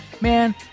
Man